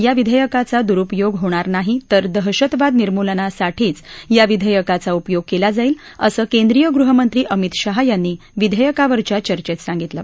या विधेयकाचा दुरुपयोग होणार नाही तर दहशतवाद निर्मूलनासाठीच या विधेयकाचा उपयोग केला जाईल असं केंद्रीय गृहमंत्री अमित शाह यांनी विधेयकावरच्या चर्चेत सांगितलं